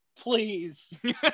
please